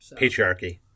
Patriarchy